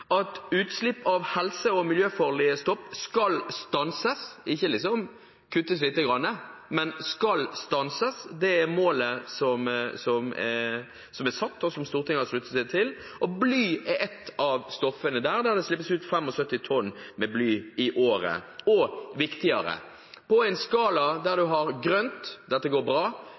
at utslipp av helse- og miljøfarlige stoffer skal stanses – ikke kuttes lite grann, men «skal stanses». Det er målet som er satt, og som Stortinget har sluttet seg til. Bly er et av de stoffene, og det slippes ut 75 tonn av det i året. Og viktigere: På en skala med grønt: dette går bra,